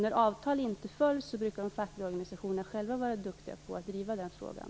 När avtal inte följs brukar de fackliga organisationerna själva vara duktiga på att driva den frågan.